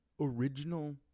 original